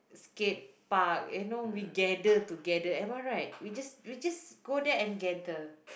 skate park you know we gather together am I right we just we just go there and gather